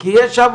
כי יש שם